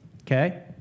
Okay